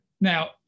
Now